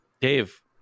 Dave